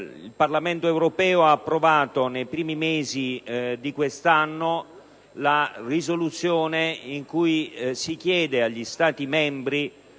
il Parlamento europeo ha approvato nei primi mesi di quest'anno una risoluzione con cui si chiede agli Stati membri